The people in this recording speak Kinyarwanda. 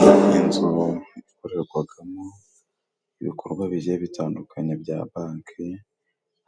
Iyi ni inzu ikorerwagamo ibikorwa bigiye bitandukanye bya banki.